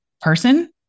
person